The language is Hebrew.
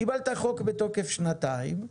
קיבלת חוק בתוקף שנתיים,